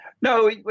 No